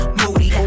moody